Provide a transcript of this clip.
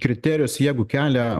kriterijus jeigu kelia